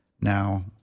now